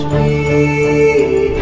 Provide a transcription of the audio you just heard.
a